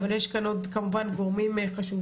אבל יש כמובן עוד גורמים חשובים,